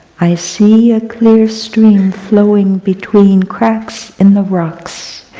i see a clear stream, flowing between cracks in the rocks,